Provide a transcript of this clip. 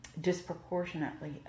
disproportionately